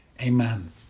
Amen